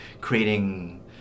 creating